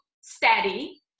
steady